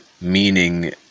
meaning